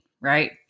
right